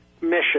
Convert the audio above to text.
Mission